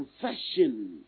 confession